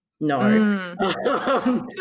No